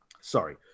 sorry